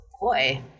boy